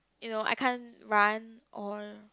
you know I can't run or